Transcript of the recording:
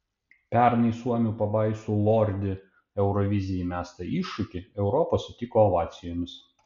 pernai suomių pabaisų lordi eurovizijai mestą iššūkį europa sutiko ovacijomis